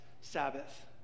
Sabbath